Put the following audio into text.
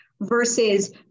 versus